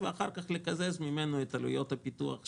ואחר כך לקזז ממנו את עלויות הפיתוח שהיו.